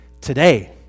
today